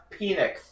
Penix